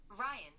Ryan